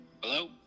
Hello